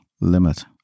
limit